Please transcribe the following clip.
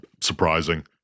Surprising